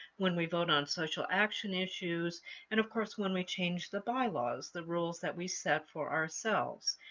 when we vote on social action issues, and of course when we change the bylaws, the rules that we set for ourselves.